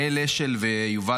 ראיתי היום שהאחיות שלהן התגייסו.